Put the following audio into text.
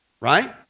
Right